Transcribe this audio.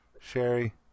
Sherry